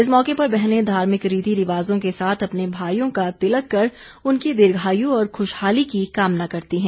इस मौके पर बहनें धार्मिक रीति रिवाजों के साथ अपने भाईयों का तिलक कर उनकी दीर्घायु और खुशहाली की कामना करती हैं